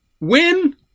win